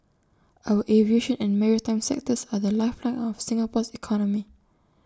our aviation and maritime sectors are the lifeline of Singapore's economy